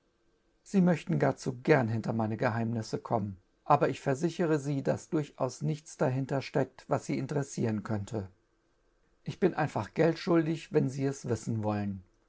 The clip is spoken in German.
sie möchten gar zu gern hinter meine eheimuiffc fommen aber ich üerftdfjere sie ba burdjaus nichts bahintcr fteeft roas sie interessieren könnte ich bin einfad elb fdfjulbig roenn sie es roiffen wollen